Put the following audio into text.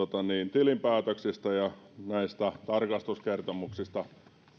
tilinpäätöksistä ja näistä tarkastuskertomuksista